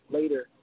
later